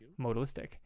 modalistic